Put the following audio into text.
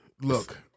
look